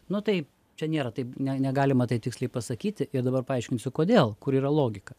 nu tai čia nėra taip ne negalima tai tiksliai pasakyti ir dabar paaiškinsiu kodėl kur yra logika